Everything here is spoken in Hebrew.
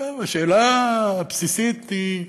עכשיו, השאלה הבסיסית היא,